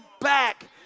back